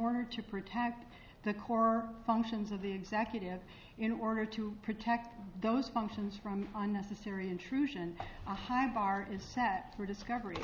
order to protect the core functions of the executive in order to protect those functions from unnecessary intrusion a high bar is set for discovery